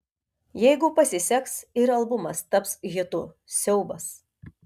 jeigu pasiseks ir albumas taps hitu siaubas